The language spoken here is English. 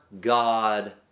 God